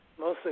Mostly